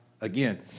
again